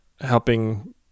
helping